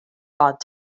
rod